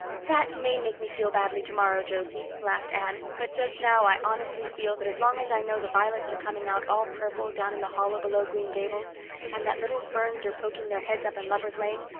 that may make me feel badly tomorrow, josie, laughed anne, but just now i honestly feel that as long as i know the violets are coming out all purple down in the hollow below green gables and that little ferns are poking their heads up in lovers' lane,